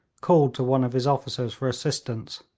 called to one of his officers for assistance.